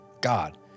God